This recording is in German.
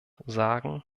sagen